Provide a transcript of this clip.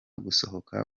gusohoka